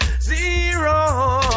zero